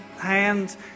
hands